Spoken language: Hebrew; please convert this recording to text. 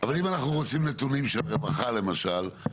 אבל אם אנחנו רוצים נתונים של רווחה למשל,